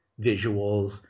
visuals